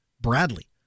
Bradley